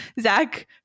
Zach